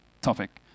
topic